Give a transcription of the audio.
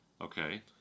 Okay